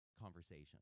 conversation